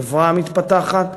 לחברה המתפתחת,